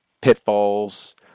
pitfalls